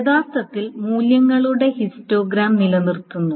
യഥാർത്ഥത്തിൽ മൂല്യങ്ങളുടെ ഹിസ്റ്റോഗ്രാം നിലനിർത്തുന്നു